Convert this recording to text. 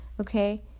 Okay